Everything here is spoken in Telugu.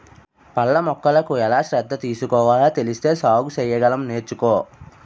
పళ్ళ మొక్కలకు ఎలా శ్రద్ధ తీసుకోవాలో తెలిస్తే సాగు సెయ్యగలం నేర్చుకో